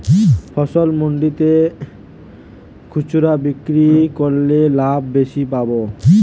ফসল মন্ডিতে না খুচরা বিক্রি করলে লাভ বেশি পাব?